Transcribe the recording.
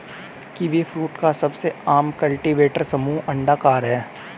kiwifruit का सबसे आम कल्टीवेटर समूह अंडाकार है